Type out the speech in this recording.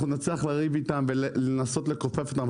אנחנו נצליח לריב איתם ולנסות לכופף אותם,